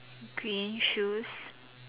green shoes